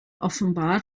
offenbar